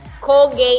Colgate